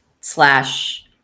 slash